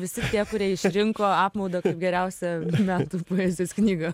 visi tie kurie išrinko apmaudą kaip geriausią metų poezijos knygą